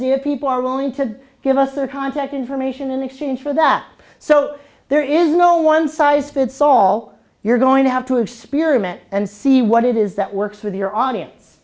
see if people are willing to give us their contact information in exchange for that so there is no one size fits all you're going to have to have spearman and see what it is that works with your audience